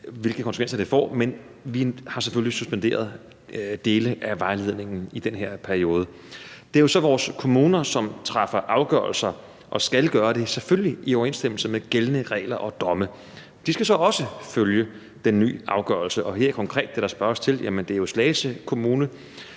hvilke konsekvenser det får, men vi har selvfølgelig suspenderet dele af vejledningen i den her periode. Det er jo så vores kommuner, som træffer afgørelser, og som selvfølgelig skal gøre det i overensstemmelse med gældende regler og domme. De skal så også følge den nye afgørelse – og helt konkret er det, der spørges til, jo Slagelse Kommune,